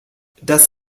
das